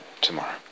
tomorrow